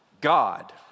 God